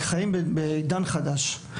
אנחנו חיים בעידן חדש.